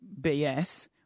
BS